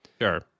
Sure